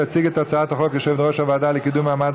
תציג את הצעת החוק יושבת-ראש הוועדה לקידום מעמד